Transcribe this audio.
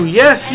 yes